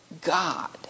God